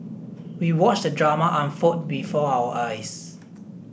we watched the drama unfold before our eyes